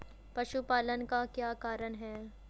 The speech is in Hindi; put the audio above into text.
पशुपालन का क्या कारण है?